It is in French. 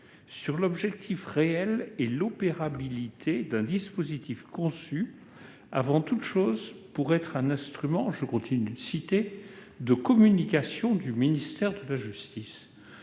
sur l'objectif réel et l'opérabilité d'un dispositif conçu avant toute chose pour être un instrument de communication du ministère de la justice,